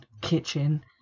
kitchen